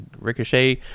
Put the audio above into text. Ricochet